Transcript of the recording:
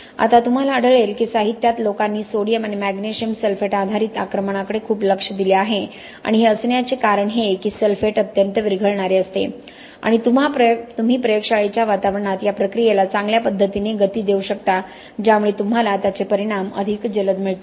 आता तुम्हाला आढळेल की साहित्यात लोकांनी सोडियम आणि मॅग्नेशियम सल्फेट आधारित आक्रमणाकडे खूप लक्ष दिले आहे आणि हे असण्याचे कारण हे की सल्फेट अत्यंत विरघळणारे असते आणि तुम्ही प्रयोगशाळेच्या वातावरणात या प्रक्रियेला चांगल्यापद्धतीने गती देऊ शकता ज्यामुळे तुम्हाला त्याचे परिणाम अधिक जलद मिळतात